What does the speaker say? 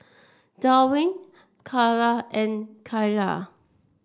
Dwain Carla and Kaila